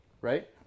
right